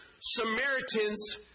Samaritans